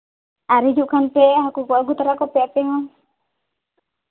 ᱟᱨ ᱦᱤᱡᱩᱜ ᱠᱷᱟᱱ ᱯᱮ ᱦᱟᱹᱠᱩ ᱠᱚ ᱟᱹᱜᱩ ᱛᱟᱨᱟ ᱠᱚᱯᱮ ᱟᱯᱮ ᱦᱚᱸ